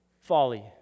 folly